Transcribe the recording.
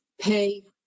pay